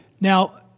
now